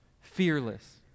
fearless